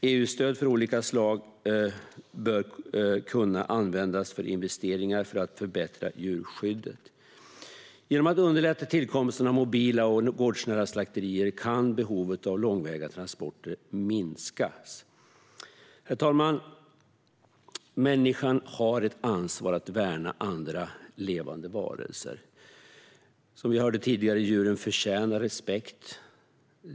EU-stöd av olika slag bör kunna användas för investeringar för att förbättra djurskyddet. Genom att underlätta tillkomsten av mobila och gårdsnära slakterier kan behovet av långväga transporter minskas. Herr talman! Människan har ett ansvar att värna andra levande varelser. Som vi hörde tidigare förtjänar djuren respekt.